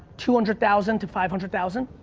two hundred thousand to five hundred thousand,